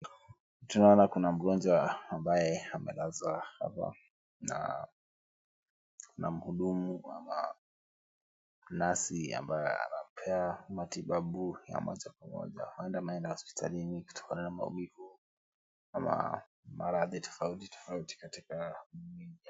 Tunaona kuna mgonjwa ambaye amelazwa hapa na muhudumu ama nesi ambaye anampea matibabu ya moja kwa moja. Huenda ameenda hospitalini kutokana na maumivu ama maradhi tofauti tofauti katika mwili yake.